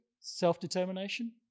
self-determination